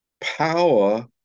power